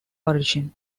origin